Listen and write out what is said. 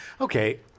Okay